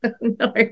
No